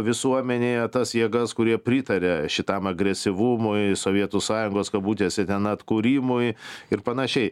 visuomenėje tas jėgas kurie pritaria šitam agresyvumui sovietų sąjungos kabutėse ten atkūrimui ir panašiai